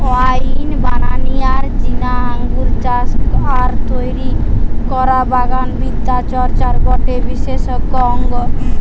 wine বানানিয়ার জিনে আঙ্গুর চাষ আর তৈরি করা বাগান বিদ্যা চর্চার গটে বিশেষ অঙ্গ